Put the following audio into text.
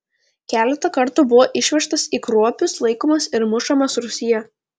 keletą kartų buvo išvežtas į kruopius laikomas ir mušamas rūsyje